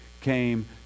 came